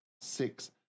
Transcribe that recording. Six